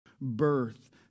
birth